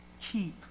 Keep